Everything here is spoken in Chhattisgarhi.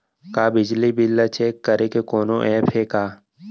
का बिजली बिल ल चेक करे के कोनो ऐप्प हे का?